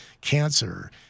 cancer